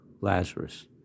Lazarus